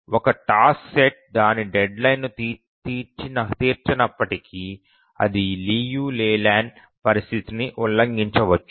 ఒక task set దాని deadline ను తీర్చినప్పటికీ అది లియు లేలాండ్ పరిస్థితిని ఉల్లంఘించవచ్చు